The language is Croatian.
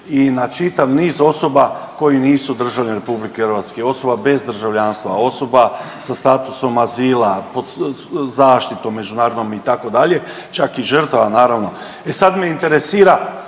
i na čitav niz osoba koji nisu državljani RH, osoba bez državljanstva, osoba sa statusom azila, pod zaštitom međunarodnom itd., čak i žrtava naravno, e sad me interesira